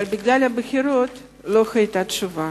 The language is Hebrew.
אבל בגלל הבחירות לא היתה תשובה.